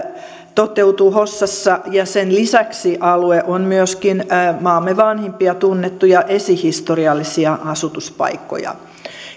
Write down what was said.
toteutuu hossassa ja sen lisäksi alue on myöskin maamme vanhimpia tunnettuja esihistoriallisia asutuspaikkoja